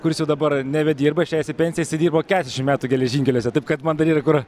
kuris jau dabar nebedirba išėjęs į pensiją jisai dirbo kesdešim metų geležinkeliuose taip kad man dar yra kur